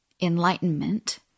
enlightenment